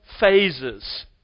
phases